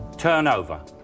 turnover